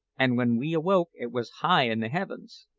and when we awoke it was high in the heavens.